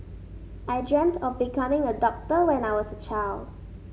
I dreamt of becoming a doctor when I was a child